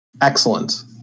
Excellent